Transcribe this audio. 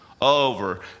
Over